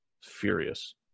furious